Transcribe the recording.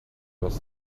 was